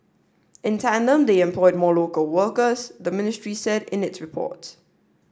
in tandem they employed more local workers the ministry said in its report